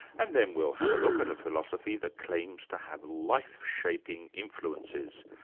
and then we'll have a look at a philosophy that claims to have life-shaping influences,